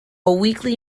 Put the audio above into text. weekly